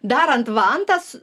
darant vantas